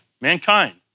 mankind